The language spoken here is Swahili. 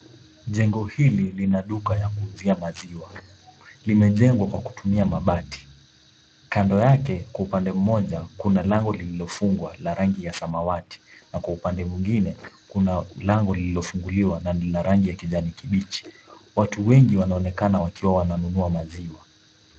Jengo hili lina duka ya kuuzia maziwa. Limejengwa kwa kutumia mabati. Kando yake upande mmoja kuna lango lililofungwa la rangi ya samawati na kwa upande mwingine kuna lango lililofunguliwa na ni la rangi ya kijani kibichi. Watu wengi wanaonekana wakiwa wananunua maziwa.